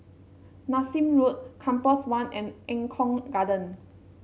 Nassim Road Compass One and Eng Kong Garden